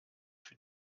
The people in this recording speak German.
für